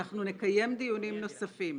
אנחנו נקיים דיונים נוספים.